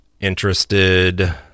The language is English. interested